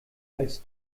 als